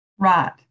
Right